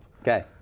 Okay